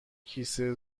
کیسه